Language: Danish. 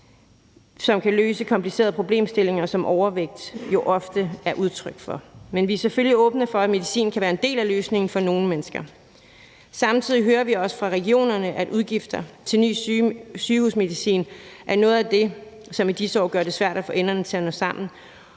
som kan løse komplicerede problemstillinger, som overvægt jo ofte er udtryk for. Men vi er selvfølgelig åbne for, at medicin kan være en del af løsningen for nogle mennesker. Samtidig hører vi også fra regionerne, at udgifter til ny sygehusmedicin er noget af det, som i disse år gør det svært at få enderne til at nå sammen,